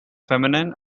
feminine